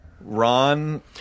Ron